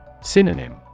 Synonym